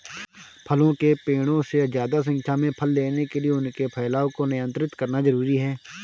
फलों के पेड़ों से ज्यादा संख्या में फल लेने के लिए उनके फैलाव को नयन्त्रित करना जरुरी है